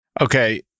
Okay